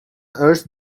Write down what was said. earth